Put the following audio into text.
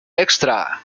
extra